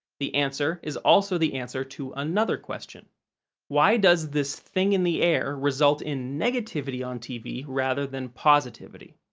the answer is also the answer to another question why does this thing in the air result in negativity on tv rather than positivity?